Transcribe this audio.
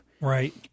Right